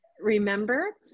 Remember